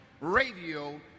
radio